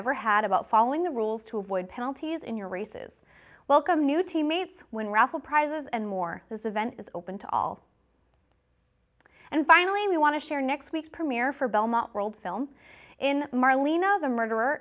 ever had about following the rules to avoid penalties in your races welcome new teammates when raffle prizes and more this event is open to all and finally we want to share next week's premiere for belmont world film in marlene of the murderer